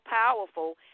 powerful